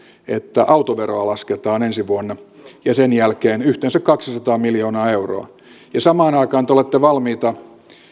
että autoveroa lasketaan ensi vuonna ja sen jälkeen yhteensä kaksisataa miljoonaa euroa ja samaan aikaan te olette valmiita